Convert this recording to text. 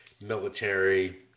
military